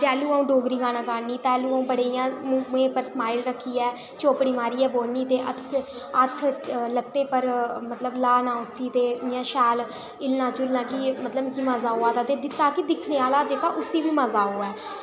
जैलूं अं'ऊ डोगरी गाना गानी तैलूं अं'ऊ बड़ी इं'या मूहैं पर स्माईल रक्खियै चौकड़ी मारियै बौह्न्नी ते हत्थ लत्तें पर मतलब ल्हाना उसी ते इं'या शैल हिल्लना झुल्लना की मतलब की मिगी मज़ा उ'आ दा ताकी दिक्खने आह्ला जेह्का उसी बी मज़ा होऐ